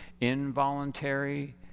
involuntary